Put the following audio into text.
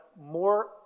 more